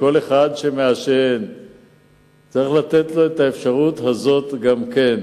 לכל אחד שמעשן צריך לתת את האפשרות הזאת גם כן.